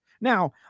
Now